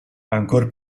ancor